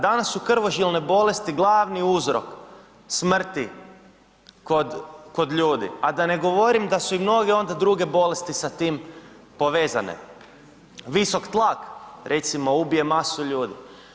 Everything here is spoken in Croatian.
Danas su krvožilne bolesti glavni uzrok smrti kod ljudi, a da ne govorim da su i mnoge onda druge bolesti sa tim povezane, visok tlak recimo ubije masu ljudi.